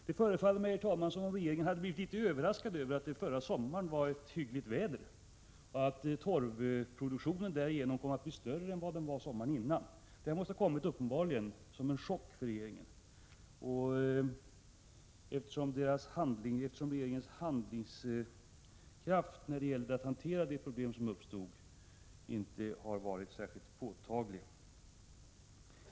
Det förefaller mig, herr talman, som om regeringen har blivit litet överraskad över att det förra sommaren var ett hyggligt väder och att torvproduktionen därigenom kom att bli större än vad den var sommaren innan. Detta måste uppenbarligen ha kommit som en chock för regeringen, eftersom dess handlingskraft när det gällde att hantera det problem som uppstod inte har varit särskilt påtaglig.